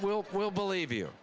we'll will believe you